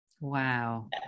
Wow